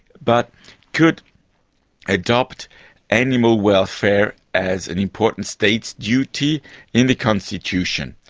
but could adopt animal welfare as an important state duty in the constitution.